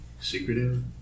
secretive